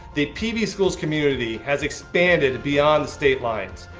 the pvschools community has expanded beyond the state lines.